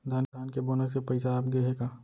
धान के बोनस के पइसा आप गे हे का?